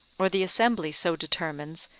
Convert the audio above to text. or the assembly so determines,